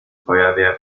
feuerwehr